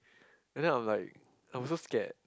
and then I'm like I was so scared